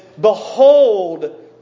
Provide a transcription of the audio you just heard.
Behold